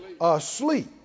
Asleep